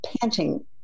panting